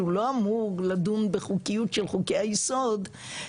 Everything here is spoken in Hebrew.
שהוא לא אמור לדון בחוקיות של חוקי היסוד,